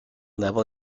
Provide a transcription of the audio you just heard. level